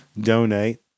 donate